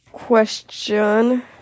Question